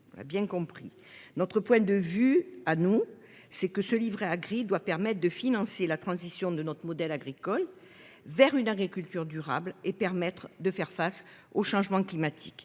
notre point de vue. Ah nous c'est que ce livret à gris doit permettre de financer la transition de notre modèle agricole. Vers une agriculture durable et permettre de faire face au changement climatique,